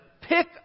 pick